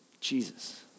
Jesus